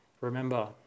Remember